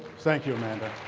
thank you, amanda.